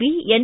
P N